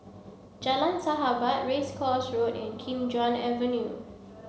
Jalan Sahabat Race Course Road and Kim Chuan Avenue